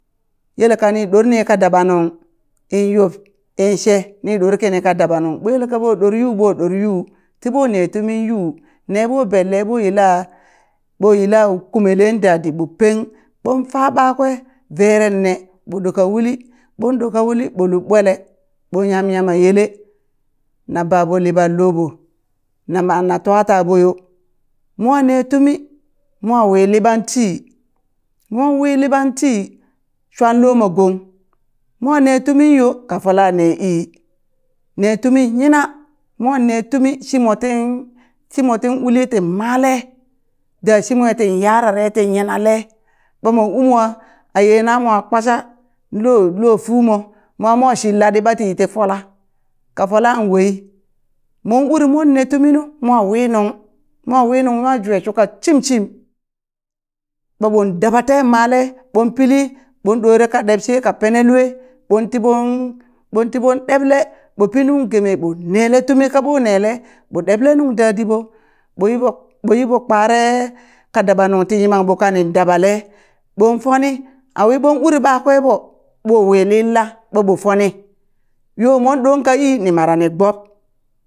Yel kani dorni ka dab nung in yib in she ni ɗor kini ka dabnung bo yelkabo ɗor yuu ɓo ɗor yuu ti ɓo ne tumin yuu ne ɓo benle ɓo yila ɓo yila kumelen dadit ɓo peng ɓon fa ɓakwe verenne ɓo ɗo ka uli ɓon ɗo ka uli ɓo lub ɓwele ɓo nyam Yamma yele na ba ɓo liɓan loɓo na man twa taɓo yo mwa neen tumi mo wi liɓan tii mon wii liɓan tii shwan lomo gong mone tumin yo ka fola ne ii ne timu yina mon ne tumi shimo tin shimon tin uli ti male da shimwe ti yarare ti yinale ɓa mon umwa a ye namoha kpasha lo lo fumo mwa mo shilladi bati yiti fola ka folan wai? mon urin mon ne tuminu mo wi nung mo wi nung nwa jwe shuka shimshim ɓaɓon daba ten male ɓon pili ɓon ɗore ka ɗeb sheka penelue ɓon tiɓon ɓon tiɓon ɗeble ɓo pi nung geme ɓo nele tumi kaɓo nele ɓo teble nung dadiɓo ɓoyiɓo ɓoyiɓo kpare ka daba nungti yimamɓo kani dabale ɓon foni awi ɓon uri ɓakwe ɓo, ɓo wilin la? ɓaɓo foni yomon ɗonk ii ni mara ni gbob